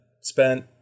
spent